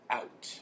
out